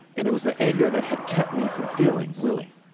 and it was the anger that had kept me from feeling, really,